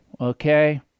Okay